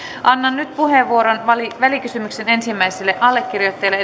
annan nyt puheenvuoron välikysymyksen ensimmäiselle allekirjoittajalle